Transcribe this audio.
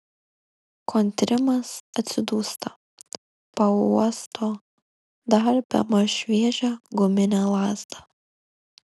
kontrimas atsidūsta pauosto dar bemaž šviežią guminę lazdą